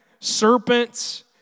serpents